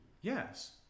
yes